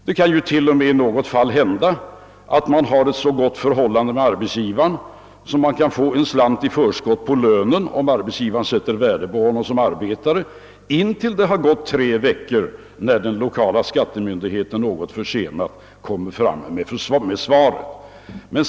Det kan ju tänkas att en person har ett så gott förhållande med arbetsgivaren att han kan få förskott på lönen, om arbetsgivaren sätter värde på honom som arbetare, tills det har gått tre veckor då den lokala skattemyndigheten något försenat lämnar svar.